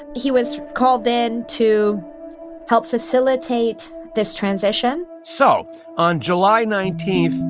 he was called in to help facilitate this transition so on july nineteen,